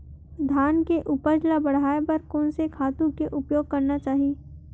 धान के उपज ल बढ़ाये बर कोन से खातु के उपयोग करना चाही?